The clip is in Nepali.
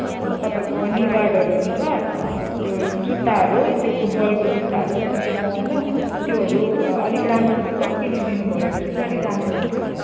तपाईँको नि गार्डहरू हुन्छ त्यो जुत्ताहरू त्यो फुटबलको जुत्ताहरू त्यो पाउँछ त्योहरू अलिक राम्रो खालको किनिदिनु भयो भने चाहिँ अलिक राम्रो हुन्थ्यो